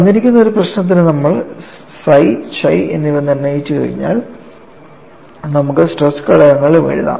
തന്നിരിക്കുന്ന ഒരു പ്രശ്നത്തിന് നമ്മൾ psi chi എന്നിവ നിർണ്ണയിച്ചുകഴിഞ്ഞാൽ നമുക്ക് സ്ട്രെസ് ഘടകങ്ങളും എഴുതാം